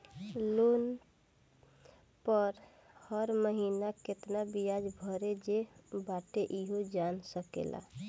loan पअ हर महिना केतना बियाज भरे जे बाटे इहो जान सकेला